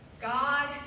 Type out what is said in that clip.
God